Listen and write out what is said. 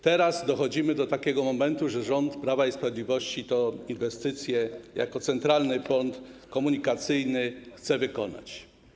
Teraz dochodzimy do takiego momentu, że rząd Prawa i Sprawiedliwości tę inwestycję jako Centralny Port Komunikacyjny chce wykonać.